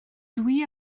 dwi